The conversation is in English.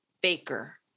Baker